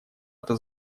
это